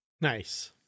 Nice